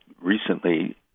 recently